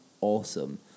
awesome